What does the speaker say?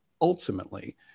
ultimately